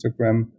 Instagram